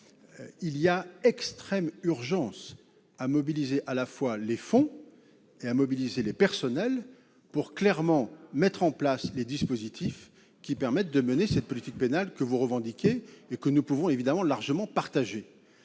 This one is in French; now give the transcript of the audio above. il y a extrême urgence à mobiliser à la fois les fonds et les personnels pour mettre en place les dispositifs permettant de mener la politique pénale que vous revendiquez et que nous pouvons largement partager.